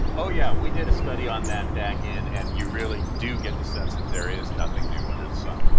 oh yeah, we did a study on that back in. and you really do get the sense that there is nothing new under the sun.